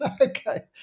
Okay